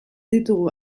ditugu